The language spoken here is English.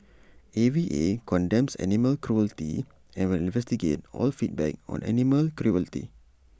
A V A condemns animal cruelty and will investigate all feedback on animal cruelty